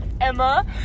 Emma